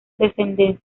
descendencia